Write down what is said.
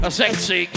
sexy